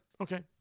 Okay